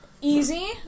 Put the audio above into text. easy